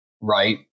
right